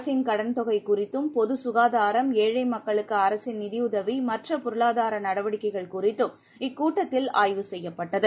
அரசின் கடன்தொகை குறித்தும் பொது சுகாதாரம் ஏழை மக்களுக்கு அரசின் நிதியுதவி மற்ற பொருளாதார நடவடிக்கைக்ள குறித்தும் இக்கூட்டத்தில் ஆய்வு செய்யப்பட்டது